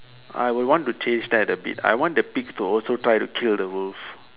I will want to change that a bit I want the pigs to also try to kill the wolf